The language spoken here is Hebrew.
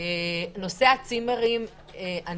בדרך כלל מגיעים לשם או משפחות אורגניות או זוגות.